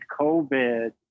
COVID